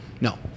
No